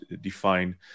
define